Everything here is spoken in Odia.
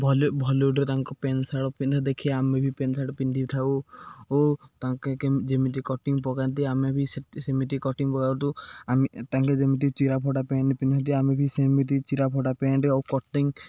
ଭଲ ଭଲିଉଡ଼ରେ ତାଙ୍କ ପେଣ୍ଟ୍ ସାର୍ଟ ପିନ୍ଧିଥିବା ଦେଖି ଆମେ ବି ପେଣ୍ଟ ସାର୍ଟ ପିନ୍ଧିଥାଉ ଓ ତାଙ୍କ କେ ଯେମିତି କଟିଙ୍ଗ ପକାନ୍ତି ଆମେ ବି ସେ ସେମିତି କଟିଙ୍ଗ ପକାଉତୁ ଆମେ ତାଙ୍କେ ଯେମିତି ଚିରାଫଟା ପେଣ୍ଟ ପିନ୍ଧନ୍ତି ଆମେ ବି ସେମିତି ଚିରାଫଟା ପେଣ୍ଟ ଓ କଟିଙ୍ଗ